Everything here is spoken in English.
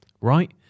right